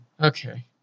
Okay